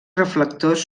reflectors